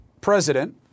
president